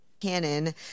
Cannon